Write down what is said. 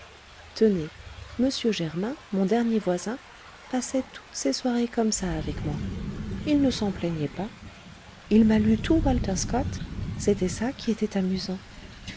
tenez m germain mon dernier voisin passait toutes ses soirées comme ça avec moi il ne s'en plaignait pas il m'a lu tout walter scott c'est ça qui était amusant